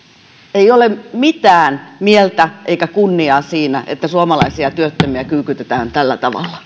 ei ole mitään mieltä eikä kunniaa siinä että suomalaisia työttömiä kyykytetään tällä tavalla